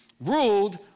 ruled